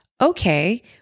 Okay